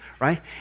right